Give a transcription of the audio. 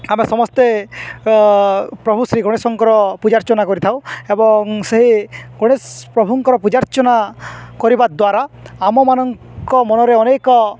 ଆମେ ସମସ୍ତେ ପ୍ରଭୁ ଶ୍ରୀ ଗଣେଶଙ୍କର ପୂଜାର୍ଚ୍ଚନା କରିଥାଉ ଏବଂ ସେହି ଗଣେଶ ପ୍ରଭୁଙ୍କର ପୂଜାର୍ଚ୍ଚନା କରିବା ଦ୍ୱାରା ଆମମାନଙ୍କ ମନରେ ଅନେକ